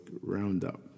roundup